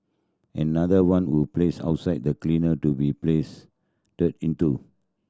another one we've placed outside the cleaner to be place into